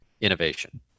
innovation